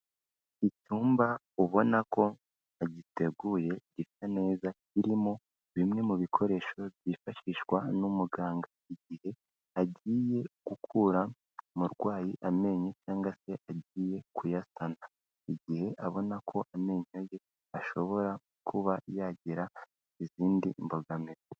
Icyumba ubona ko bagiteguye gisa neza kirimo bimwe mu bikoresho byifashishwa n'umuganga, igihe agiye gukura umurwayi amenyo cyangwa se agiye kuyasana, igihe abona ko amenyo ye ashobora kuba yagira izindi mbogamizi.